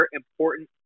important